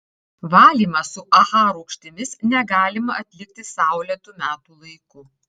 valymų su aha rūgštimis negalima atlikti saulėtu metų laiku